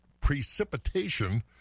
precipitation